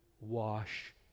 wash